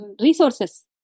resources